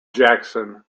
jackson